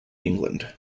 england